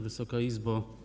Wysoka Izbo!